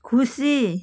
खुसी